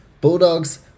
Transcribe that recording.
Bulldogs